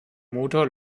motor